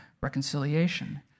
reconciliation